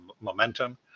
momentum